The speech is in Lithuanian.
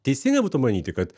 teisinga būtų manyti kad